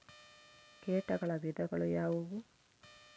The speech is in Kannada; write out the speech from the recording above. ಕೇಟಗಳ ವಿಧಗಳು ಯಾವುವು?